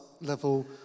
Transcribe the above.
level